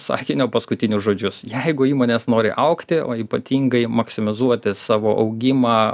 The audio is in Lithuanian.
sakinio paskutinius žodžius jeigu įmonės nori augti o ypatingai maksimizuoti savo augimą